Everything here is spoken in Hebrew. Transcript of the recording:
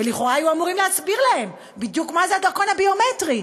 לכאורה היו אמורים להסביר להם בדיוק מה זה הדרכון הביומטרי,